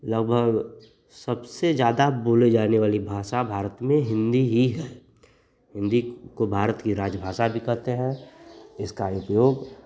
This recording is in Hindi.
लगभग सबसे ज़्यादा बोली जाने वाली भाषा भारत में हिन्दी ही है हिन्दी को भारत की राजभाषा भी कहते हैं इसका उपयोग